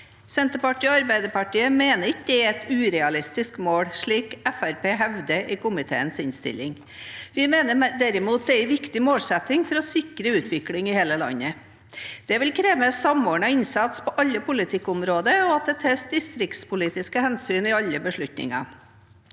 Senterpartiet og Arbeiderpartiet mener ikke dette er et urealistisk mål, slik Fremskrittspartiet hevder i komiteens innstilling. Vi mener derimot at det er en viktig målsetting for å sikre utvikling i hele landet. Dette vil kreve samordnet innsats på alle politikkområder og at det tas distriktspolitiske hensyn i alle beslutninger.